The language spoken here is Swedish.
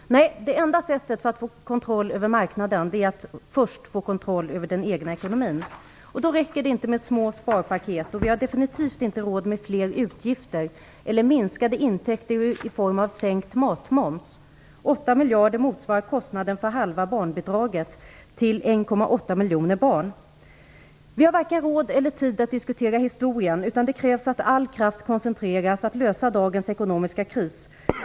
Nej, det enda sättet att få kontroll över marknaden är att först få kontroll över den egna ekonomin. Då räcker det inte med små sparpaket. Vi har definitivt inte råd med fler utgifter eller minskade intäkter i form av sänkt matmoms. 8 miljarder motsvarar kostnaden för halva barnbidraget till 1,8 miljoner barn. Vi har varken råd eller tid att diskutera historien, utan det krävs att all kraft koncentreras på att lösa dagens ekonomiska kris.